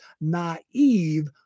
naive